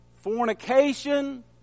fornication